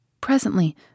Presently